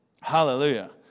Hallelujah